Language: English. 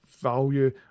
value